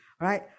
right